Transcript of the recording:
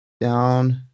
down